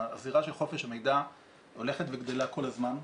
הזירה של חופש המידע הולכת וגדלה כל הזמן,